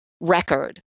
record